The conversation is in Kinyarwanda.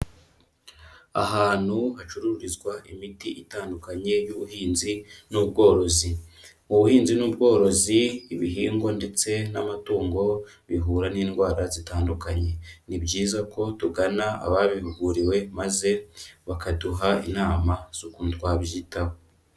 Ahantu hacururizwa imiti itandukanye y'ubuhinzi n'ubworozi. Ubuhinzi n'ubworozi ibihingwa ndetse n'amatungo bihura n'indwara zitandukanye. Ni byiza ko tugana ababihuguriwe maze bakaduha inama z'ukuntu twabyitaho.